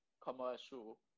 commercial